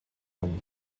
young